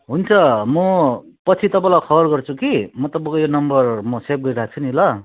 हुन्छ म पछि तपाईँलाई कल गर्छु कि म तपाईँको यो नम्बर म सेभ गरेर राख्छु नि ल